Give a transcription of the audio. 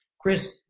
Chris